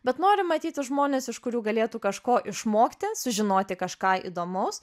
bet nori matyti žmones iš kurių galėtų kažko išmokti sužinoti kažką įdomaus